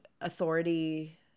authority